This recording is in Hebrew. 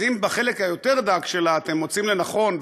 אז אם בחלק הדק יותר שלה אתם מוצאים לנכון,